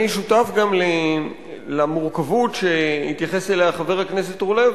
אני שותף גם למורכבות שהתייחס אליה חבר הכנסת אורלב,